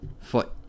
foot